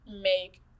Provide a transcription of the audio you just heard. make